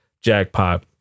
jackpot